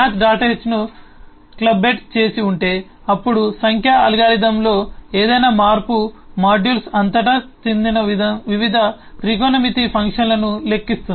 h ను clubbed చేసి ఉంటే అప్పుడు సంఖ్యా అల్గోరిథంలో ఏదైనా మార్పు మాడ్యూల్స్ అంతటా చిందిన వివిధ త్రికోణమితి ఫంక్షన్లను లెక్కిస్తుంది